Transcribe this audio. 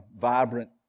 vibrant